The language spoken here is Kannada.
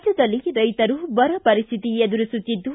ರಾಜ್ಞದಲ್ಲಿ ರೈತರು ಬರ ಪರಿಸ್ಥಿತಿ ಎದುರಿಸುತ್ತಿದ್ದು